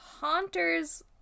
Haunter's